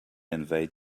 invade